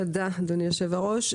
תודה, אדוני היושב-ראש.